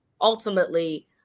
ultimately